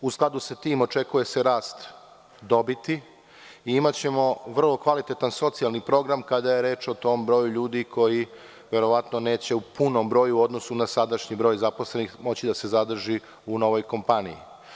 U skladu sa tim očekuje se rast dobiti i imaćemo vrlo kvalitetan socijalni program kada je reč o tom broju ljudi koji verovatno neće u punom broju u odnosu na sadašnji broj zaposlenih moći da se zadrži u novoj kompaniji.